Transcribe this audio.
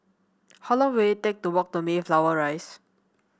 how long will it take to walk to Mayflower Rise